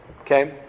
Okay